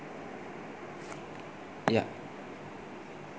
ya